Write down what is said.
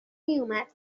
میومد